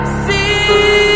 see